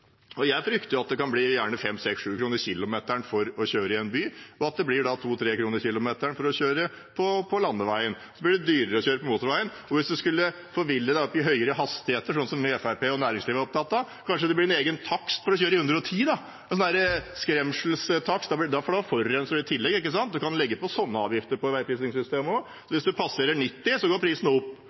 Jeg frykter at det gjerne kan bli 5–6–7 kr per km for å kjøre i en by, og at det blir 2–3 kr per km for å kjøre på landeveien. Så blir det dyrere å kjøre på motorveien. Hvis en skulle forville seg opp i høyere hastigheter, sånn som vi i Fremskrittspartiet og næringslivet er opptatt av, blir det kanskje en egen takst for å kjøre i 110? Det blir en skremselstakst, for da forurenser en i tillegg. En kan legge på sånne avgifter på veiprisingssystemet også. Hvis en passerer 90, går prisen opp.